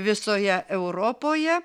visoje europoje